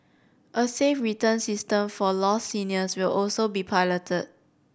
a safe return system for lost seniors will also be piloted